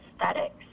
aesthetics